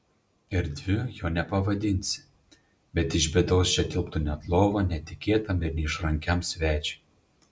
erdviu jo nepavadinsi bet iš bėdos čia tilptų net lova netikėtam ir neišrankiam svečiui